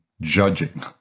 judging